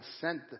sent